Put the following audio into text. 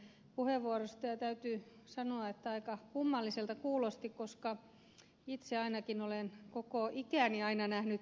lauri oinosen puheenvuorosta ja täytyy sanoa että aika kummalliselta kuulosti koska itse ainakin olen koko ikäni aina nähnyt kyykäärmeitä